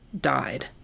died